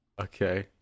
Okay